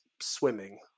swimming